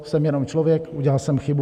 Jsem jenom člověk, udělal jsem chybu.